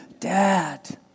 dad